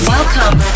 Welcome